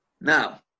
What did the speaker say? Now